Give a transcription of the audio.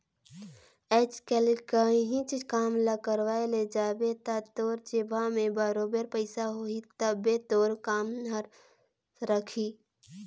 आएज काएल काहींच काम ल करवाए ले जाबे ता तोर जेबहा में बरोबेर पइसा होही तबे तोर काम हर सरकही